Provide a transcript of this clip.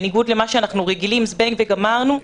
בניגוד למה שאנחנו רגילים זבנג וגמרנו,